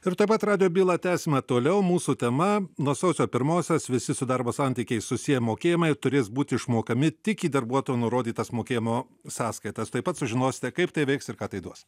ir tuoj pat radijo bylą tęsima toliau mūsų tema nuo sausio pirmosios visi su darbo santykiais susiję mokėjimai turės būti išmokami tik į darbuotojo nurodytas mokėjimo sąskaitas tuoj pat sužinosite kaip tai veiks ir ką tai duos